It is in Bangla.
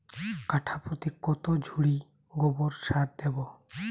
কাঠাপ্রতি কত ঝুড়ি গোবর সার দেবো?